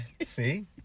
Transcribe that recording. See